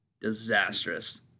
disastrous